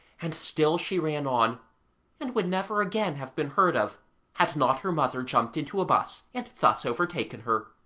and still she ran on and would never again have been heard of had not her mother jumped into a bus and thus overtaken her.